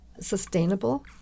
sustainable